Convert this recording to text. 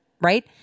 right